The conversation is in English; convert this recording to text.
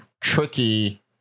tricky